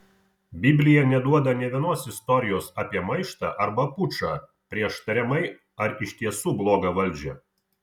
biblija neduoda nė vienos istorijos apie maištą arba pučą prieš tariamai ar iš tiesų blogą valdžią